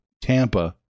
Tampa